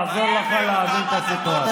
אני רוצה לעזור לך להבין את הסיטואציה.